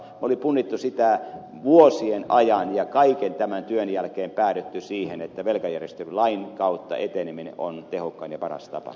oli punnittu sitä vuosien ajan ja kaiken tämän työn jälkeen päädytty siihen että velkajärjestelylain kautta eteneminen on tehokkain ja paras tapa